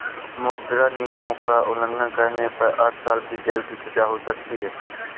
मुद्रा नियमों का उल्लंघन करने पर आठ साल की जेल की सजा हो सकती हैं